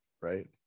right